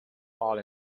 fall